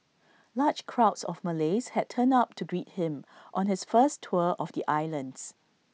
large crowds of Malays had turned up to greet him on his first tour of the islands